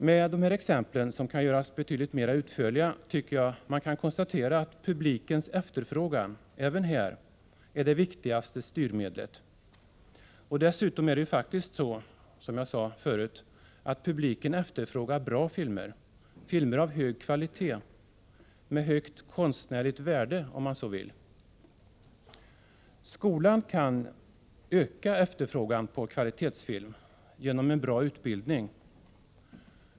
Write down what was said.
Med dessa exempel, som kan göras betydligt mera utförliga, tycker jag att man kan konstatera att publikens efterfrågan, även här, är det viktigaste styrmedlet. Dessutom är det ju faktiskt så, som jag sade tidigare, att publiken efterfrågar bra filmer, filmer av hög kvalitet — med högt konstnärligt värde, om man så vill. Skolan kan öka efterfrågan på kvalitetsfilm, genom en bra utbildning.